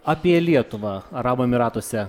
apie lietuvą arabų emiratuose